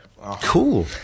cool